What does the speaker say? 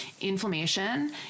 Inflammation